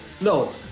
No